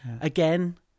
again